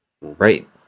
Right